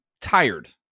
tired